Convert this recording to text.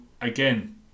again